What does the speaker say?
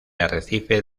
arrecife